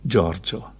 Giorgio